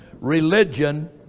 religion